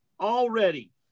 already